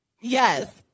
Yes